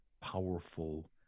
powerful